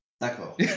D'accord